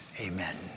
amen